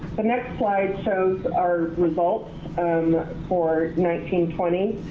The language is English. the next slide shows our results um for nineteen, twenty.